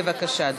בבקשה.